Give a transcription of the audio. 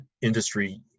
industry